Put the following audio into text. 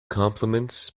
compliments